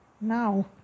now